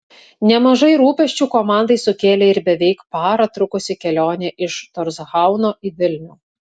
nemažai rūpesčių komandai sukėlė ir beveik parą trukusi kelionė iš torshauno į vilnių